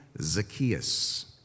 Zacchaeus